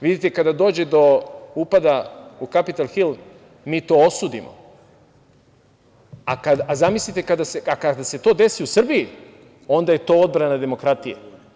Vidite, kada dođe do upada u Kapital hil mi to osudimo, a kada se to desi u Srbiji onda je to odbrana demokratije.